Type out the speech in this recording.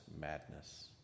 madness